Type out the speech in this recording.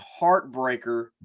heartbreaker